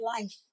life